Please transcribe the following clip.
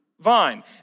vine